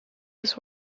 his